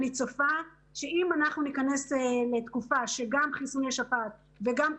אני צופה שאם אנחנו ניכנס לתקופה שיהיו גם חיסוני שפעת וגם קורונה,